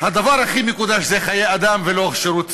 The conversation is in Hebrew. הדבר הכי מקודש זה חיי אדם, ולא שירות צבאי.